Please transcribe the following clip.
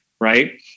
right